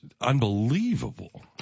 unbelievable